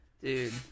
Dude